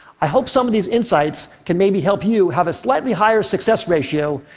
i hope some of these insights can maybe help you have a slightly higher success ratio,